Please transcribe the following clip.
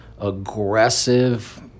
aggressive